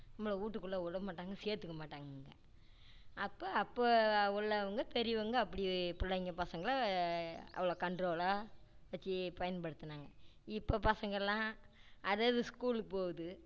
நம்மள வீட்டுக்குள்ள விடமாட்டாங்க சேர்த்துக்க மாட்டாங்கங்க அப்போ அப்போ உள்ளவங்க பெரியவங்க அப்படி பிள்ளைங்க பசங்களை அவ்ளோ கண்ட்ரோலாக வெச்சி பயன்படுத்தினாங்க இப்போ பசங்கெல்லாம் அதது ஸ்கூலுக்கு போகுது